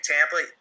Tampa